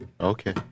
Okay